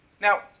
Now